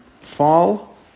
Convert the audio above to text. fall